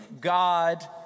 God